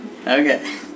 Okay